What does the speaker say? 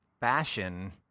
fashion